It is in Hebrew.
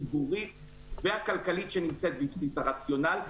הציבורית והכלכלית שנמצאת בבסיס הרציונל,